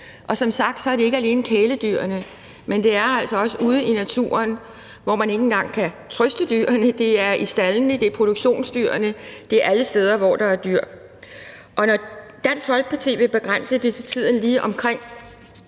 Og som sagt er det ikke alene kæledyrene, men det er altså også ude i naturen, hvor man ikke engang kan trøste dyrene; det er i staldene; det er produktionsdyrene; det er alle steder, hvor der er dyr. Og når Dansk Folkeparti vil begrænse det til tiden lige omkring